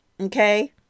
Okay